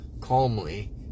calmly